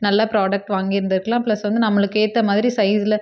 நல்ல ப்ராடக்ட் வாங்கியிருந்துருக்கலாம் ப்ளஸ் வந்து நம்மளுக்கேற்ற மாதிரி சைஸில்